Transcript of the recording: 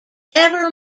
ever